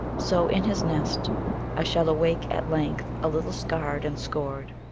so in his nest i shall awake at length, a little scarred and scored.